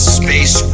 space